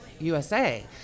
usa